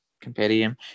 compendium